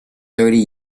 thirty